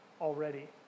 already